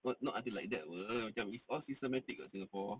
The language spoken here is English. not not until like that apa is all systematic [what] singapore